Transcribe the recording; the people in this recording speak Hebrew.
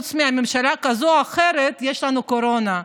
חוץ מממשלה כזאת או אחרת, יש לנו קורונה.